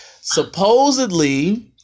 supposedly